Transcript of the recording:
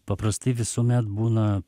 paprastai visuomet būna